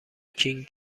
کینگ